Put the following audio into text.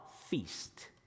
feast